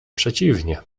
przeciwnie